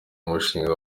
umushinga